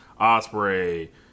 Osprey